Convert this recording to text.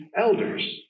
elders